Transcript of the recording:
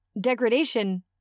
degradation